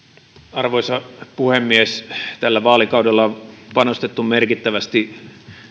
arvoisa puhemies tällä vaalikaudella on panostettu merkittävästi